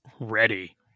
ready